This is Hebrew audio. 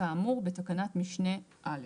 כאמור בתקנת משנה (א)".